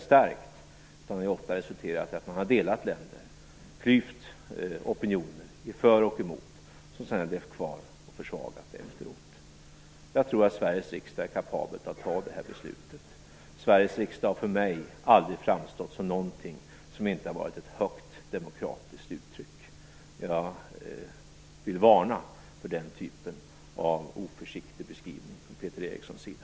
Oftare har de resulterat i att länder delats och opinioner klyvts i för och emot, vilket sedan har levt kvar och försvagat efteråt. Jag tror att Sveriges riksdag är kapabel att fatta det här beslutet. Sveriges riksdag har för mig aldrig framstått som någonting annat än ett högt demokratiskt uttryck. Jag vill varna för den typen av oförsiktig beskrivning från Peter Erikssons sida.